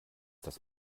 das